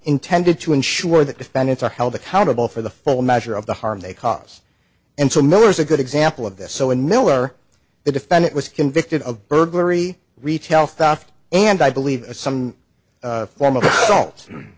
intended to ensure that defendants are held accountable for the full measure of the harm they cause and so no there's a good example of this so in miller the defendant was convicted of burglary retail theft and i believe some form of